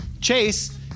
Chase